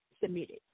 submitted